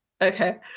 Okay